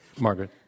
Margaret